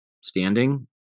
standing